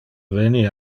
veni